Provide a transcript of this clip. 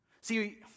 See